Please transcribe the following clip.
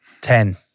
Ten